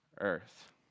earth